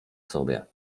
sobie